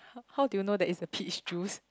how do you know there is the peach juice